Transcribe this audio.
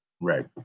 Right